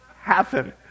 happen